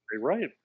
Right